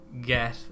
get